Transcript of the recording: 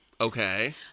Okay